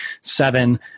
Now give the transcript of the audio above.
seven